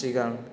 सिगां